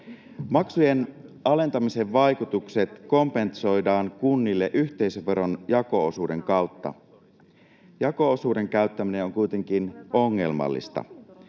Maksujen alentamisen vaikutukset kompensoidaan kunnille yhteisöveron jako-osuuden kautta. Jako-osuuden käyttäminen on kuitenkin ongelmallista.